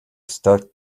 start